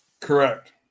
Correct